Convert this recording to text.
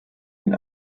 den